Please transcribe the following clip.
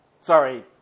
Sorry